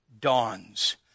dawns